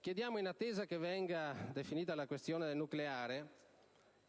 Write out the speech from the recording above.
Chiediamo, in attesa che venga definita la questione del nucleare,